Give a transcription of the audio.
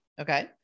Okay